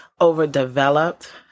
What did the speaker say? overdeveloped